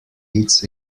its